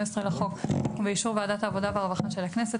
לחוק ובאישור ועדת העבודה והרווחה של הכנסת,